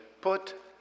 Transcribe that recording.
put